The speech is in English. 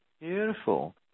Beautiful